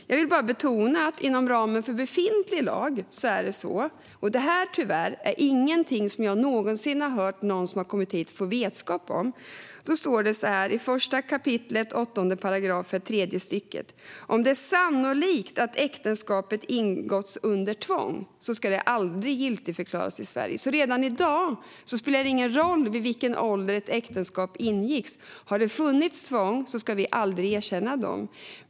Jag vill betona att det som står i befintlig lag - 1 kap. 8 a §- är att ett äktenskap aldrig ska giltigförklaras i Sverige "om det är sannolikt att det har ingåtts under tvång". Det här är tyvärr ingenting som jag någonsin har hört att någon som har kommit hit fått vetskap om. Redan i dag spelar det alltså ingen roll vid vilken ålder ett äktenskap ingicks; har det funnits tvång ska vi aldrig erkänna det.